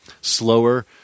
slower